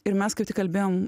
ir mes kaip tik kalbėjom